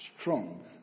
strong